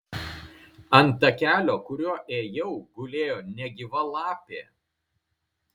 ant takelio kuriuo ėjau gulėjo negyva lapė